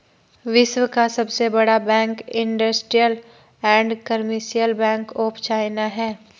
विश्व का सबसे बड़ा bank industrial and commercial bank of China है